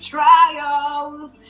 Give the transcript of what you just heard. trials